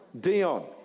Dion